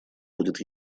будет